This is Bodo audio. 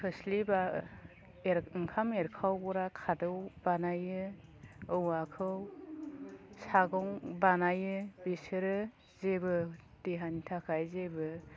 खोस्लि बा ओंखाम एरखावग्रा खादौ बानायो औवाखौ सागं बानायो बिसोरो जेबो देहानि थाखाय जेबो